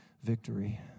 victory